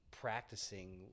practicing